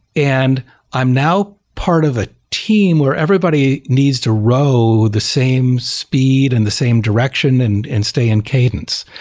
and i'm now part of a team where everybody needs to row the same speed in and the same direction and and stay in cadence.